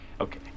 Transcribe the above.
okay